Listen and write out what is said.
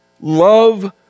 Love